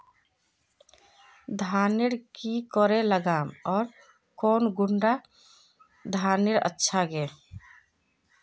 धानेर की करे लगाम ओर कौन कुंडा धानेर अच्छा गे?